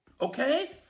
Okay